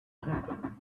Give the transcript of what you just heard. happen